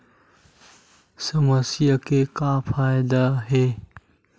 समस्या के का फ़ायदा हे?